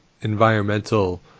environmental